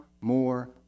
more